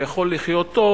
הוא יכול לחיות טוב,